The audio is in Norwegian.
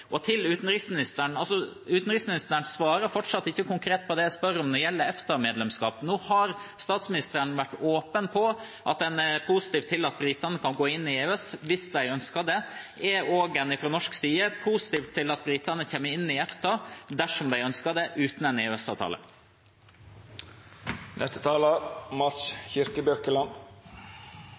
Utenriksministeren svarer fortsatt ikke konkret på det jeg spør om når det gjelder EFTA-medlemskap. Nå har statsministeren vært åpen på at man er positiv til at britene kan gå inn i EØS, hvis de ønsker det. Er man fra norsk side også positiv til at britene kommer inn i EFTA, dersom de ønsker det, uten en